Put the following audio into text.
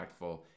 impactful